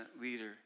leader